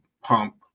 pump